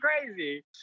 crazy